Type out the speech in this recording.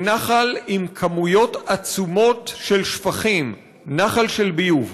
נחל עם כמויות עצומות של שפכים, נחל של ביוב.